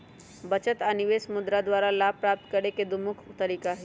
बचत आऽ निवेश मुद्रा द्वारा लाभ प्राप्त करेके दू मुख्य तरीका हई